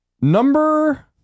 Number